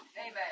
Amen